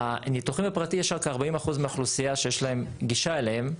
הניתוחים בפרטי יש רק 40% מהאוכלוסייה שיש להם גישה אליהם.